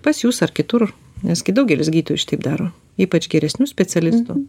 pas jus ar kitur nes gi daugelis gydytojų šitaip daro ypač geresnių specialistų